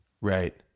Right